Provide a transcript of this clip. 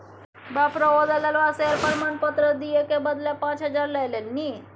बाप रौ ओ दललबा शेयर प्रमाण पत्र दिअ क बदला पाच हजार लए लेलनि